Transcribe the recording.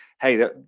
hey